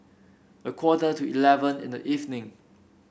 a quarter to eleven in the evening